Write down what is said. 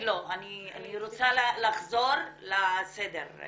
עורכת דין גלי עציון מנעמ"ת,